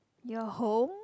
your home